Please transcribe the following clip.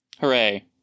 Hooray